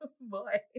Boy